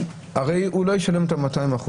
הרי הוא לא ישלם את ה-200%,